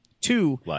Two